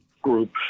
group